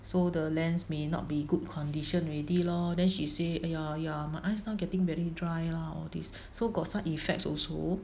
so the lens may not be good condition already lor then she say !aiyo! !aiyo! my eyes now getting very dry lah all these so got some effects also